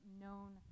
known